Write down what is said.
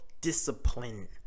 discipline